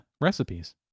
recipes